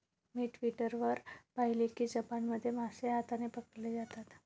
मी Twitter वर पाहिले की जपानमध्ये मासे हाताने पकडले जातात